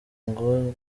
ngo